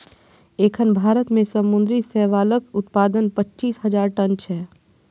एखन भारत मे समुद्री शैवालक उत्पादन पच्चीस हजार टन छै